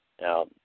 Now